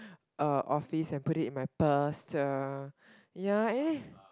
uh office and put in it in my purse uh ya eh